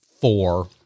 four